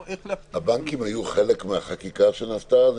איך --- הבנקים היו חלק מהחקיקה שנעשתה אז?